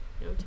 No